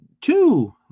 Two